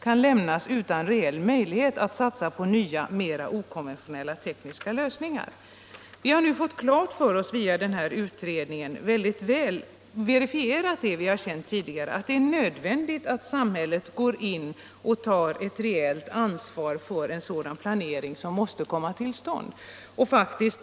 kan lämnas utan reell möjlighet att satsa på nya, mer okonventionella tekniska lösningar.” Vi har nu fått klart för oss via den här utredningen, som väl har verifierat det vi känt till tidigare, att det är nödvändigt att samhället går in och tar ett reellt ansvar för en sådan planering som måste komma till stånd.